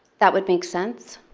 that would make sense.